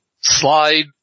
slide